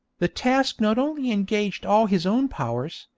the task not only engaged all his own powers,